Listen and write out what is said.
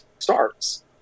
starts